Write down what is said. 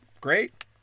Great